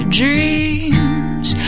dreams